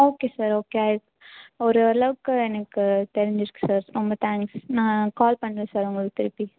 okay sir okay ஐ ஓரளவுக்கு எனக்கு தெரிஞ்சு இருக்கு சார் ரொம்ப தேங்க்ஸ் நான் கால் பண்ணுறேன் சார் உங்களுக்கு திருப்பி